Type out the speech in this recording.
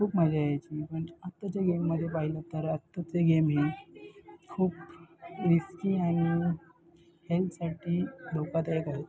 खूप मजा यायची पण आत्ताच्या गेममध्ये पाहिलं तर आत्ताचे गेम हे खूप रिस्की आणि हेल्थसाठी धोकादायक आहेत